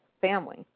family